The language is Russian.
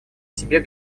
себе